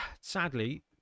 sadly